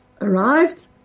arrived